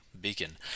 Beacon